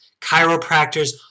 chiropractors